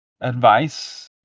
advice